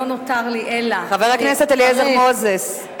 לא נותר לי אלא לברך, חבר הכנסת אליעזר מוזס.